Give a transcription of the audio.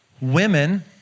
women